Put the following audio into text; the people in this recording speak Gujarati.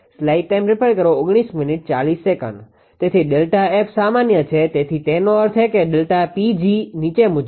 તેથી ΔF સામાન્ય છે તેથી તેનો અર્થ એ કે ΔPg નીચે મુજબ છે